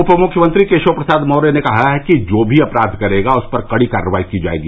उप मुख्यमंत्री केशव प्रसाद मौर्य ने कहा है कि जो भी अपराध करेगा उस पर कड़ी कार्रवाई की जायेगी